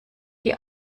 die